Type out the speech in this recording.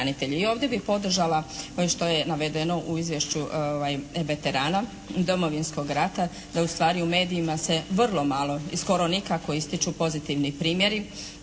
I ovdje bih podržala ono što je navedeno u izvješću veterana Domovinskog rata da u stvari u medijima se vrlo malo i skoro nikako ističu pozitivni primjeri,